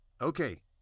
Okay